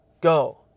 go